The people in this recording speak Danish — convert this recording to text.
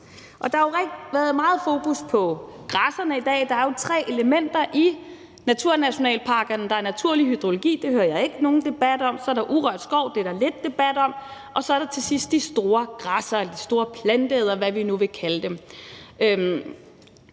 har der været meget fokus på græsserne i dag. Der er jo tre elementer i naturnationalparkerne. Der er naturlig hydrologi – det hører jeg ikke nogen debat om. Så er der urørt skov, og det er der lidt debat om. Og så er der til sidst de store græssere, de store planteædere, hvad vi nu vil kalde dem.